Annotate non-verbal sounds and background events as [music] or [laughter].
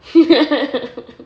[laughs]